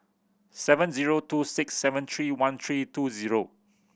seven zero two six seven three one three two zero